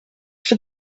for